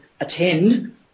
attend